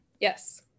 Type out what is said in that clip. Yes